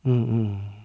hmm hmm